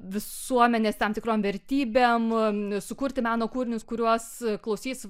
visuomenės tam tikrom vertybėm sukurti meno kūrinius kuriuos klausys